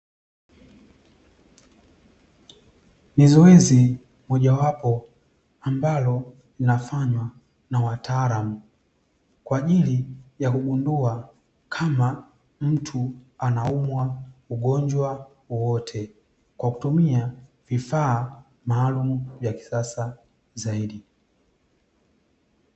Ni zoezi mojawapo, ambalo linafanywa na wataalamu kwa ajili ya kugundua kama mtu anaumwa ugonjwa wowote, kwa kutumia vifaa maalumu vya kisasa zaidi.